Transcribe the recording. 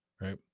right